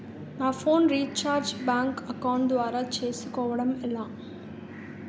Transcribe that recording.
నా phone recharge bank account ద్వారా చేసుకోవటం ఎలా?